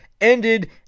ended